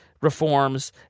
reforms